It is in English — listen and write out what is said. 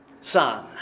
son